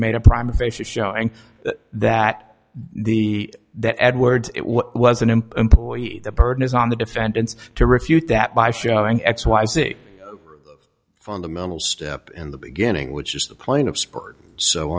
made a promise faces showing that the that edwards was an employee the burden is on the defendants to refute that by showing x y c fundamental step in the beginning which is the plane of support so